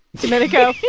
domenico?